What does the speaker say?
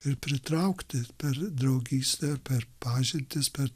ir pritraukti per draugystę per pažintis per